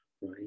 right